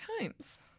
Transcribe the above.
times